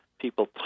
people